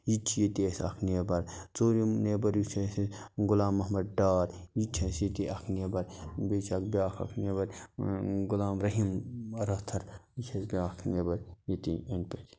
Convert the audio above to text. یہِ تہِ چھِ ییٚتی اَسہِ اَکھ نیبَر ژوٗرِم نیبَر یُس چھِ اَسہِ غلام محمد ڈار یہِ تہِ چھِ اَسہِ ییٚتی اکھ نیبَر بیٚیہِ چھِ اَسہِ بیٛاکھ اَکھ نیبَر غلام رحیٖم رٲتھر یہِ چھِ اَسہِ بیٛاکھ نیبَر ییٚتی أنٛدۍ پٔتۍ